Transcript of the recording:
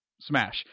smash